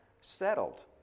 settled